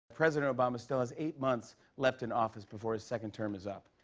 president obama still has eight months left in office before his second term is up.